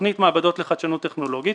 תכנית מעבדות לחדשנות טכנולוגית,